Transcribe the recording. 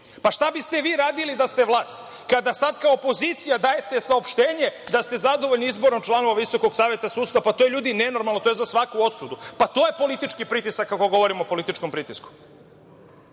Pa, šta bi ste vi radili da ste vlast kada sad kao opozicija dajete saopštenje da ste zadovoljni izborom članova Visokog saveta sudstva? Pa to je ljudi nenormalno, to je za svaku osudu, pa to je politički pritisak ako govorimo o političkom pritisku.I